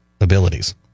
abilities